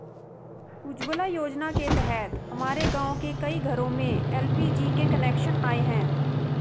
उज्ज्वला योजना के तहत हमारे गाँव के कई घरों में एल.पी.जी के कनेक्शन आए हैं